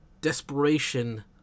desperation